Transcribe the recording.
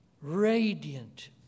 Radiant